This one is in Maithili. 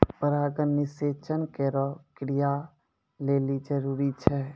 परागण निषेचन केरो क्रिया लेलि जरूरी छै